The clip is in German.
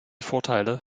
vorteile